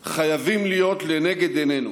חייבים להיות לנגד עינינו.